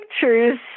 pictures